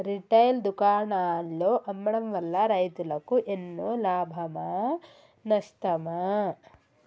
Retail దుకాణాల్లో అమ్మడం వల్ల రైతులకు ఎన్నో లాభమా నష్టమా?